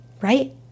right